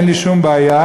אין לי שום בעיה.